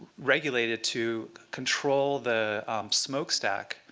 regulated to control the smokestack,